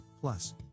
Plus